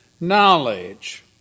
knowledge